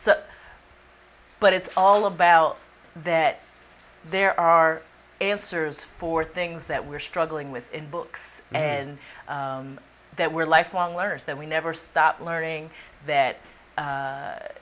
so but it's all about that there are answers for things that we're struggling with in books and that we're lifelong learners that we never stop learning that